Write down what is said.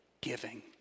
giving